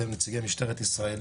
אתם נציגי משטרת ישראל,